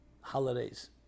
holidays